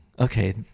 okay